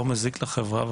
לא מזיק לחברה,